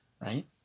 Right